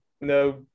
no